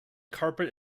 carpet